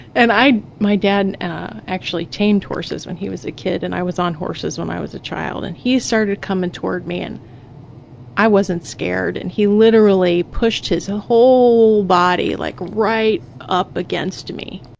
and i, my dad actually tamed horses when he was a kid and i was on horses when i was a child, and he started coming toward me and i wasn't scared. and he literally pushed his ah whole body like right up against me,